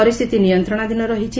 ପରିସ୍ଥିତି ନିୟନ୍ତ୍ରଣାଧୀନ ରହିଛି